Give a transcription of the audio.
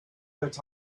that